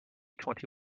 twenty